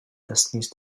destinies